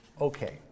Okay